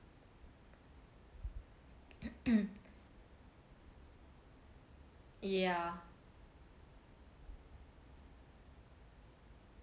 yeah